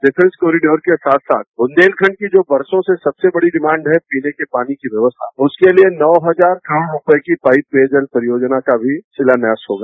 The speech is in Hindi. डिफेंस कॉरिडोर के साथ साथ बुन्देलखंड की जो वर्षो से सबसे बड़ी डिमांड है कि पीने के पानी की व्यवस्था उसके लिये नौ हजार करोड़ रूपये पाईप पेयजल परियोजना का भी शिलान्यास होगा